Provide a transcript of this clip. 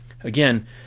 again